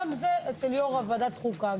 גם זה אצל יו"ר ועדת חוקה.